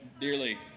dearly